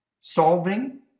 solving